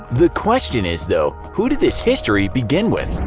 the question is, though, who did this history begin with?